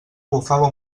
bufava